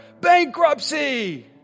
bankruptcy